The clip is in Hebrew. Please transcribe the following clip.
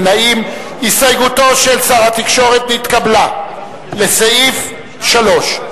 הסתייגותו של שר התקשורת לסעיף 3 נתקבלה.